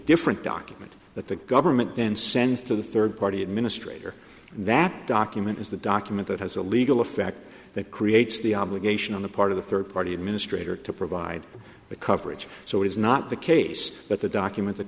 different document that the government then sends to the third part the administrator that document is the document that has a legal effect that creates the obligation on the part of the third party administrator to provide the coverage so is not the case but the document that